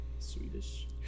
swedish